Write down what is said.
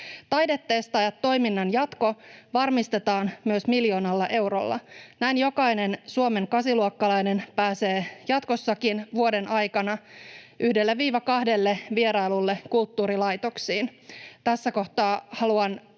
Taidetestaajat-toiminnan jatko varmistetaan myös miljoonalla eurolla. Näin jokainen Suomen kasiluokkalainen pääsee jatkossakin vuoden aikana yhdelle kahdelle vierailulle kulttuurilaitoksiin. Tässä kohtaa haluan